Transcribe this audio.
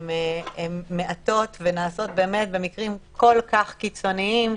הן מעטות ונעשות באמת במקרים כל כך קיצוניים,